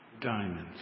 Diamonds